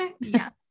Yes